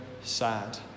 sad